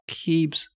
keeps